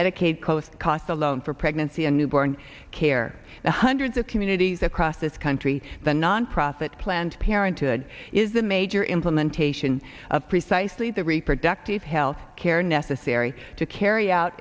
medicaid coast costs alone for pregnancy a newborn care and hundreds of communities across this country the nonprofit planned parenthood is a major implementation of precisely the reproductive health care necessary to carry out